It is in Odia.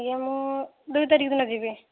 ଆଜ୍ଞା ମୁଁ ଦୁଇ ତାରିଖ ଦିନ ଯିବି